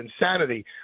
insanity